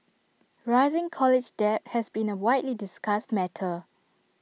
rising college debt has been A widely discussed matter